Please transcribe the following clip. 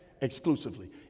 exclusively